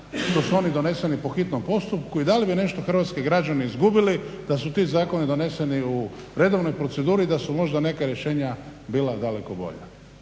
ako su oni doneseni po hitnom postupku i da li bi nešto hrvatski građani izgubili da su ti zakoni doneseni u redovnoj proceduri i da su možda neka rješenja bila daleko bolja.